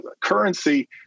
currency